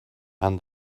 and